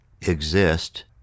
exist